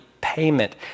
payment